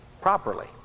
properly